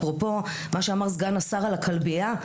אפרופו מה שאמר סגן השר על הכלבייה,